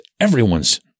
everyone's